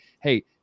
hey